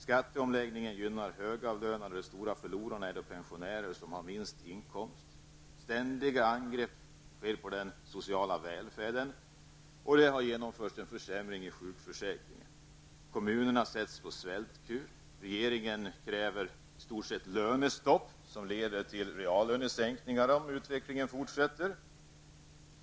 Skatteomläggningen gynnar de högavlönade, -- de stora förlorarna är de pensionärer som har den lägsta inkomsten -- ständiga angrepp görs mot den sociala välfärden och en försämring av sjukförsämringen har genomförts. Kommunerna sätts på svältkur. Regeringen kräver i stort sett lönestopp, vilket leder till reallönesänkningar om utvecklingen fortsätter.